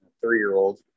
three-year-old